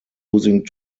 losing